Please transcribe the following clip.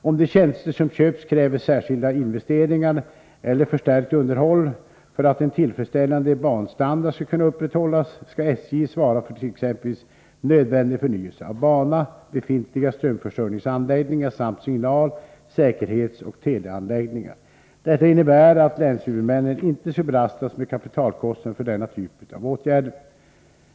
Om de tjänster som köps kräver särskilda investeringar eller förstärkt underhåll för att en tillfredsställande banstandard skall kunna upprätthållas skall SJ svara för t.ex. nödvändig förnyelse av bana, befintliga strömförsörjningsanläggningar samt signal-, säkerhetsoch teleanläggningar. Detta innebär att länshuvudmännen inte skall belastas med kapitalkostnader för denna typ av åtgärder.